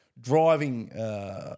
driving